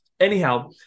Anyhow